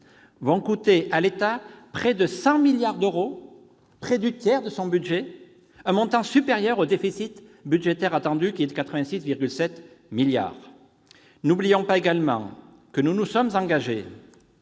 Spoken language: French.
vont coûter à l'État près de 100 milliards d'euros, soit le tiers de son budget et un montant supérieur au déficit budgétaire attendu, soit 86,7 milliards d'euros. N'oublions pas non plus que nous nous sommes engagés,